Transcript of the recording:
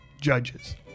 judges